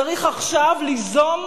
צריך ליזום